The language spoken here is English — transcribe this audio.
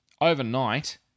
Overnight